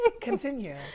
Continue